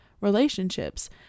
relationships